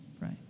right